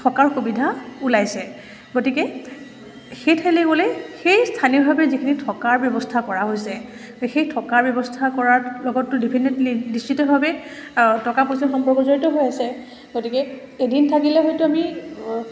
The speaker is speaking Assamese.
থকাৰ সুবিধা ওলাইছে গতিকে সেই ঠাইলৈ গ'লে সেই স্থানীয়ভাৱে যিখিনি থকাৰ ব্যৱস্থা কৰা হৈছে সেই থকাৰ ব্যৱস্থা কৰাৰ লগতো ডেফিনেটলি নিশ্চিতভাৱে টকা পইচা সম্পৰ্ক জড়িত হৈ আছে গতিকে এদিন থাকিলে হয়তো আমি